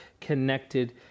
connected